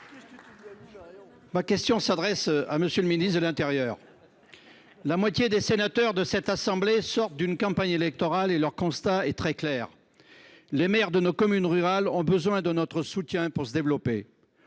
Ma question s’adresse à M. le ministre de l’intérieur. La moitié des sénateurs de cette assemblée sort d’une campagne électorale, et le constat est très clair : les maires de nos communes rurales ont besoin de notre soutien pour se développer.